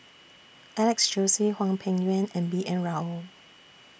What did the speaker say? Alex Josey Hwang Peng Yuan and B N Rao